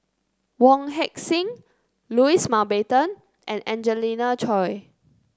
Wong Heck Sing Louis Mountbatten and Angelina Choy